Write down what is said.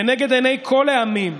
לנגד עיני כל העמים,